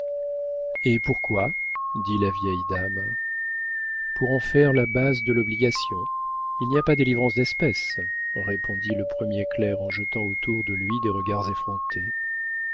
et pourquoi dit la vieille dame pour en faire la base de l'obligation il n'y a pas délivrance d'espèces répondit le premier clerc en jetant autour de lui des regards effrontés